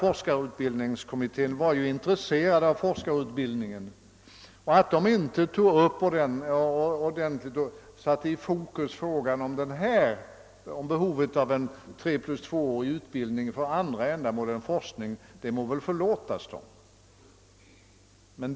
Forskarutbildningskommittén var ju intresserad av forskarutbildningen, och att den inte ordentligt tog upp och satte i fokus frågan om behovet av en treplus tvåårig utbildning för andra ändamål än forskning må väl förlåtas den.